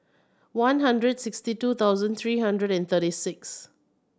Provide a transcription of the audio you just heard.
one hundred sixty two thousand three hundred and thirty six